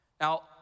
Now